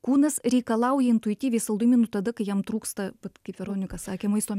kūnas reikalauja intuityviai saldumynų tada kai jam trūksta kaip veronika sakė maisto